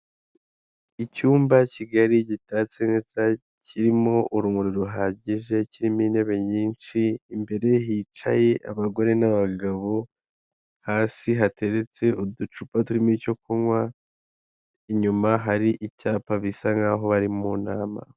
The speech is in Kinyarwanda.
Icyumba kigali gitatse neza, kirimo urumuri ruhagije, kirimo intebe nyinshi, imbere hicaye abagore, n'abagabo, hasi hateretse uducupa turimo icyo kunywa inyuma hari icyapa bisa nkaho bari mu nama.